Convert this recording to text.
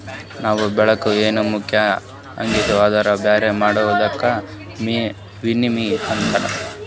ನಮ್ ಬೆಳ್ಯಾಗ ಏನ್ರ ಮಿಕ್ಸ್ ಆಗಿತ್ತು ಅಂದುರ್ ಬ್ಯಾರೆ ಮಾಡದಕ್ ವಿನ್ನೋವಿಂಗ್ ಅಂತಾರ್